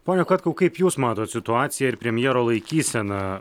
pone katkau kaip jūs matot situaciją ir premjero laikyseną